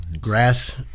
Grass